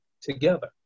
together